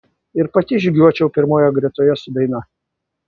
ir pati žygiuočiau pirmoje gretoje su daina